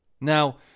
Now